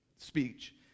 speech